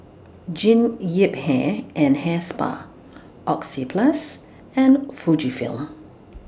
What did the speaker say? Jean Yip Hair and Hair Spa Oxyplus and Fujifilm